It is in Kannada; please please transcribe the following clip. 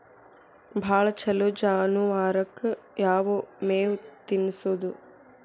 ಭಾಳ ಛಲೋ ಜಾನುವಾರಕ್ ಯಾವ್ ಮೇವ್ ತಿನ್ನಸೋದು?